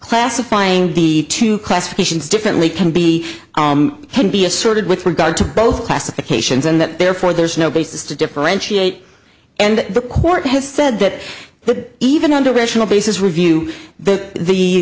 classifying the two classifications differently can be can be asserted with regard to both classifications and that therefore there's no basis to differentiate and the court has said that the even under rational basis review the